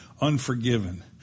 unforgiven